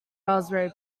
raspberry